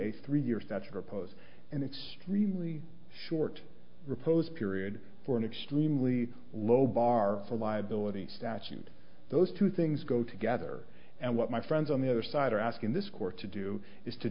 a three year statute or pose an extremely short riposte period for an extremely low bar for liability statute those two things go together and what my friends on the other side are asking this court to do is to